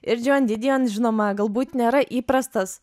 ir džoan didion žinoma galbūt nėra įprastas